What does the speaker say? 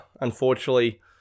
unfortunately